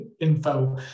info